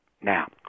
Now